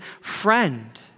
friend